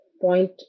point